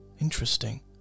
Interesting